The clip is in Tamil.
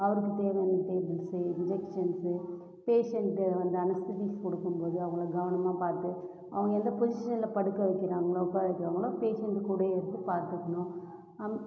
அவருக்கு தேவையான டேபிள்ஸு இன்ஜெக்ஷன்ஸு பேஷண்ட்டு அந்த அனஸ்தட்டிக் கொடுக்கும்போது அவங்கள கவனமாக பார்த்து அவங்க எந்த பொசிஷன்ல படுக்க வைக்கிறாங்களோ உட்கார வைக்கிறாங்களோ பேஷண்ட் கூடயே இருந்து பார்த்துக்கணும்